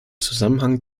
zusammenhang